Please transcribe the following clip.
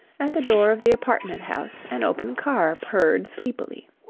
at the door of the apartment house an open car purred sleepily.